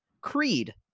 Creed